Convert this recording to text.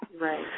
Right